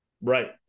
Right